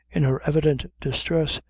in her evident distress,